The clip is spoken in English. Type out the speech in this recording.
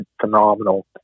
phenomenal